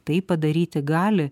tai padaryti gali